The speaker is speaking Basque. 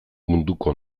munduko